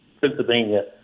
Pennsylvania